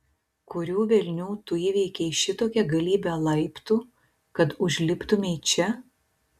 kurių velnių tu įveikei šitokią galybę laiptų kad užliptumei čia